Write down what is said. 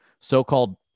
so-called